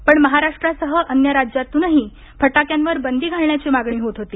पण महाराष्ट्रासह अन्य राज्यांतूनही फटाक्यांवर बंदी घालण्याची मागणी होत होती